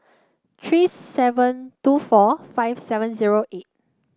three seven two four five seven zero eight